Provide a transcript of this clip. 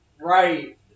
Right